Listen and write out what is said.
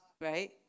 right